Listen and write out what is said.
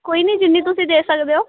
ਕੋਈ ਨਹੀਂ ਜਿੰਨੀ ਤੁਸੀਂ ਦੇ ਸਕਦੇ ਹੋ